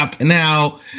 now